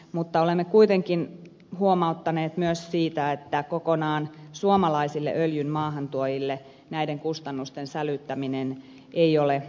mutta olemme kuitenkin huomauttaneet myös siitä että kokonaan suomalaisille öljyn maahantuojille näiden kustannusten sälyttäminen ei ole välttämättä oikeudenmukaista